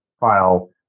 file